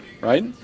right